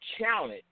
challenge